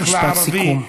משפט סיכום.